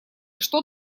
что